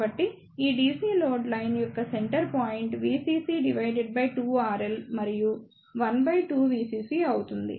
కాబట్టి ఈ DC load line యొక్క సెంటర్ పాయింట్ VCC 2RL మరియు 1 బై 2VCC అవుతుంది